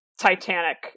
Titanic